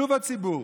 שוב הציבור.